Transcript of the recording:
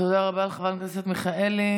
תודה רבה לחברת הכנסת מיכאלי.